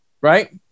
Right